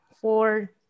four